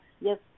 yes